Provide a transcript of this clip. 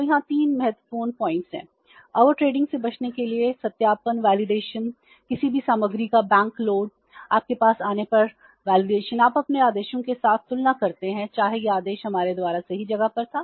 तो यहां 3 महत्वपूर्ण बिंदु हैं ओवरट्रेंडिंग आपके पास आने पर सत्यापन आप अपने आदेशों के साथ तुलना करते हैं चाहे यह आदेश हमारे द्वारा सही जगह पर था